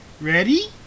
Ready